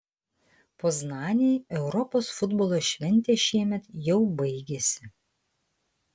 poznanei europos futbolo šventė šiemet jau baigėsi